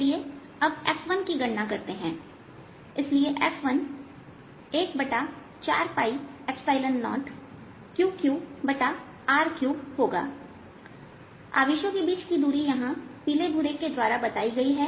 चलिए अबF1की गणना करते हैं इसलिए F1140 Qqr3 होगा आवेशों के बीच की दूरी यहां से पीले भूरे के द्वारा बताई गई है